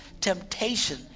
temptation